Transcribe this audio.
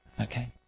Okay